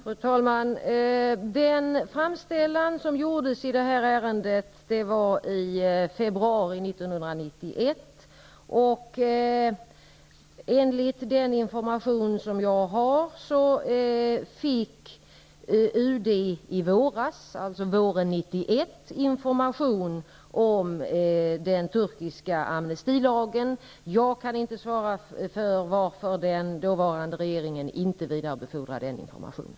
Fru talman! Den framställan som gjordes i detta ärende skedde i februari 1991. Enligt den information som jag har fått fick UD under våren, dvs. våren 1991, information om den turkiska amnestilagen. Jag kan inte svara för varför den dåvarande regeringen inte vidarebefordrade den informationen.